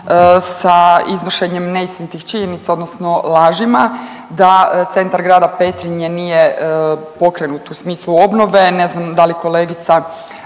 sa iznošenjem neistinitih činjenica odnosno lažima da centar Grada Petrinje nije pokrenut u smislu obnove. Ne znam da li kolegica